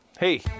Hey